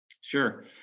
Sure